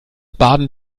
baden